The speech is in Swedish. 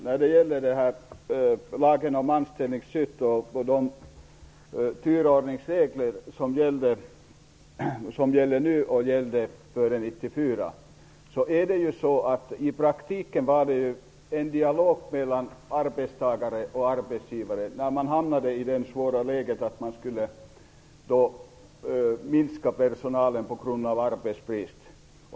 När det gäller lagen om anställningsskydd och de turordningsregler som gäller nu och som gällde före 1994 blev det i praktiken en dialog mellan arbetstagare och arbetsgivare när man hamnade i det svåra läget att man skulle minska personal på grund av arbetsbrist.